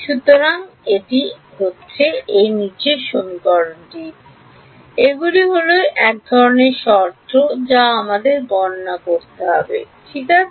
সুতরাং একটি আছে এগুলি হল ধরণের শর্ত যা আমাদের গণনা করতে হবে ঠিক আছে